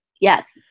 Yes